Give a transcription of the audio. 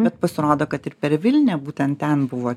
bet pasirodo kad ir per vilnią būtent ten buvo